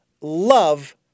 love